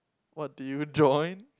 what do you join